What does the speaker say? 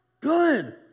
Good